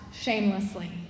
shamelessly